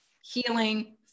healing